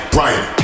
right